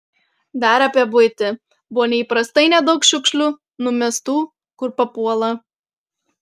dar apie buitį buvo neįprastai nedaug šiukšlių numestų kur papuola